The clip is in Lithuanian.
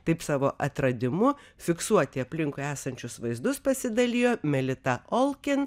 taip savo atradimu fiksuoti aplinkui esančius vaizdus pasidalijo melita olkin